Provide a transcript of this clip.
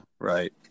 Right